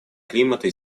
климата